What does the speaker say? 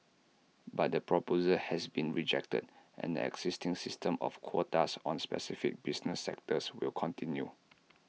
but the proposal has been rejected and the existing system of quotas on specific business sectors will continue